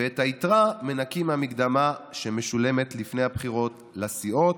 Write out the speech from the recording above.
ואת היתרה מנכים מהמקדמה שמשולמת לפני הבחירות לסיעות